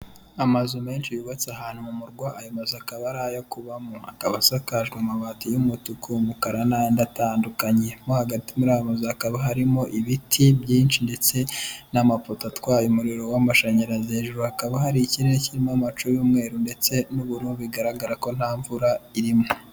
Amazu menshi yubatse ahantu mu murwa, ayo mazu akaba ari ayo kubamo, akaba asakajwe amabati y'umutuku, umukara n'and atandukanye. Mo hagati muri ayo mazu hakaba harimo ibiti byinshi ndetse n'amapoto atwaye umuriro w'amashanyarazi, hakaba hari ikirere kirimo amacu y'umweru ndetse n'ubururu bigaragara ko nta mvura irimo.